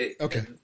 okay